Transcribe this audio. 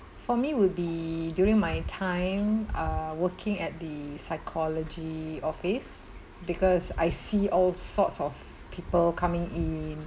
for me would be during my time uh working at the psychology office because I see all sorts of people coming in